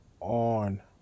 on